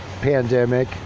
pandemic